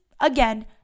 again